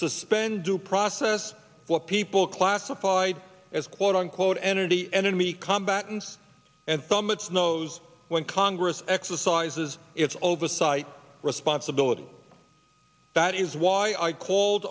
suspend to process what people classified as quote unquote energy enemy combatants and thumb its nose when congress exercises its oversight responsibility that is why i called